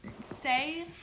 say